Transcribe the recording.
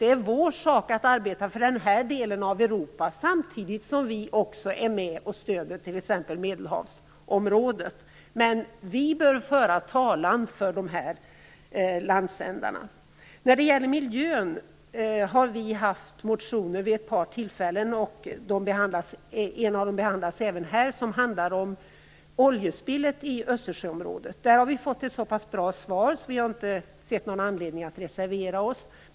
Det är vår sak att arbeta för denna del av Europa, samtidigt som vi också är med och stöder t.ex. Medelhavsområdet. Men vi bör föra talan för dessa landsändar. När det gäller miljön har vi haft motioner vid ett par tillfällen. En av dem, som handlar om oljespillet i Östersjöområdet, behandlas även här. Vi har fått ett så pass bra svar att vi inte har sett någon anledning att reservera oss.